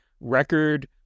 record